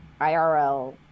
IRL